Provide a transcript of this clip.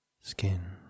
skin